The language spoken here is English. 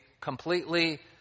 completely